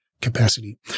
Capacity